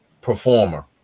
performer